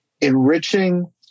enriching